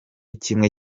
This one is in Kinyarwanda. kimwe